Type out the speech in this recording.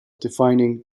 defining